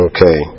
Okay